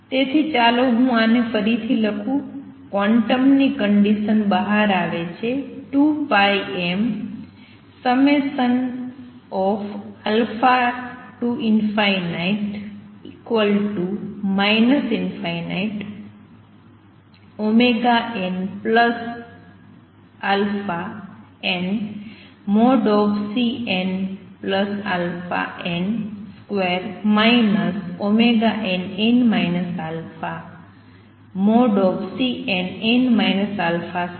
તેથી ચાલો હું આને ફરીથી લખું છું ક્વોન્ટમની કંડિસન બહાર આવે છે 2πmα ∞nαn|Cnαn |2 nn α|Cnn α |2h